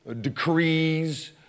decrees